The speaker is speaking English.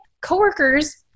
coworkers